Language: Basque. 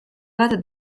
bat